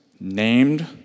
named